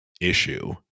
issue